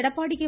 Edappadi K